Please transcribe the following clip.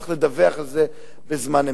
וצריך לדווח על זה בזמן אמת.